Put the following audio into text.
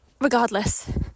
Regardless